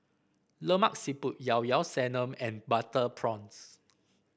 Lemak Siput Llao Llao Sanum and Butter Prawns